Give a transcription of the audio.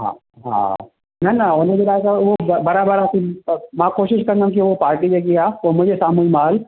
हा हा न न हुन जे लाइ त उहो बराबरि मां कोशिशि कंदमि उहो पार्टी जेकी आहे उहो मुंहिंजे साम्हू ई माल